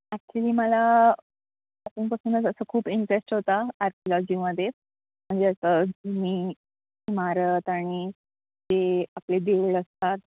actually मला पासूनच असं खूप इंटरेस्ट होता आरक्योलॉजीमध्ये म्हणजे असं मी इमारत आणि ते आपले देऊळ असतात